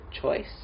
choice